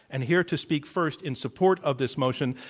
and here to speak first in support of this motion,